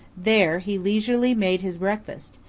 there he leisurely made his breakfast,